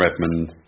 Redmond